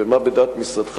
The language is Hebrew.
ומה בדעת משרדך